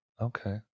Okay